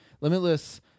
Limitless